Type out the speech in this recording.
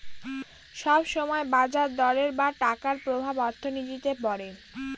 সব সময় বাজার দরের বা টাকার প্রভাব অর্থনীতিতে পড়ে